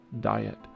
diet